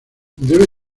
debe